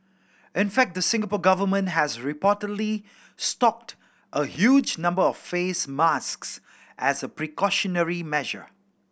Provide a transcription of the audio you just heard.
in fact the Singapore Government has reportedly stocked a huge number of face masks as a precautionary measure